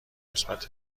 مثبت